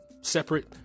separate